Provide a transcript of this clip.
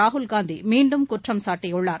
ராகுல் காந்தி மீண்டும் குற்றம் சாட்டியுள்ளார்